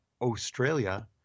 Australia